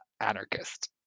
anarchist